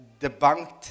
debunked